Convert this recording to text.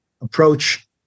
approach